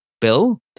bill